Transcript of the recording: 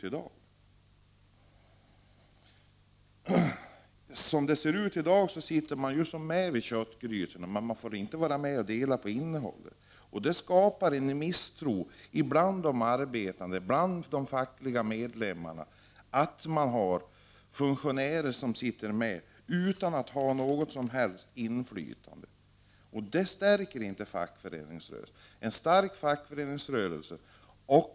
I dag sitter man med vid köttgrytorna, utan att få vara med och dela innehållet. Att man har funktionärer som sitter med utan något som helst inflytande skapar misstroende bland de arbetande och bland de fackliga medlemmarna. Det stärker inte fackföreningsrörelsen.